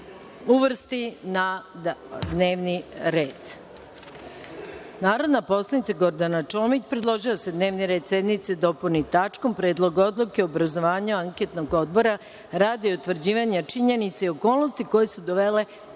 uvrsti u dnevni red. Narodna poslanica Gordana Čomić predložila je da se dnevni red sednice dopuni tačkom – Predlog odluke o obrazovanju anketnog odbora radi utvrđivanja činjenica i okolnosti koje su dovele